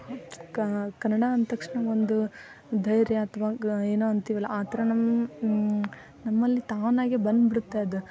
ಕ ಕನ್ನಡ ಅಂದ ತಕ್ಷಣ ಒಂದು ಧೈರ್ಯ ಅಥವಾ ಗ ಏನೋ ಅಂತೀವಲ್ಲ ಆ ಥರ ನಮ್ಮ ನಮ್ಮಲ್ಲಿ ತಾನಾಗೇ ಬಂದುಬಿಡುತ್ತೆ ಅದು